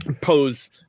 pose